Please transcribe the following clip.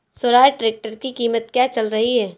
Swaraj tractor की कीमत क्या चल रही है?